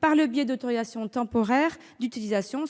par le biais d'autorisations temporaires d'utilisation